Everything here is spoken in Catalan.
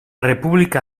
república